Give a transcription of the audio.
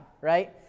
Right